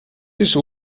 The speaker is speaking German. bis